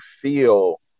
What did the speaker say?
feel